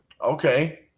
Okay